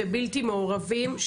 בבלתי מעורבים.